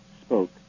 spoke